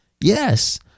Yes